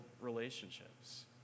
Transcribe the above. relationships